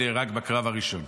שנהרג בקרב הראשון,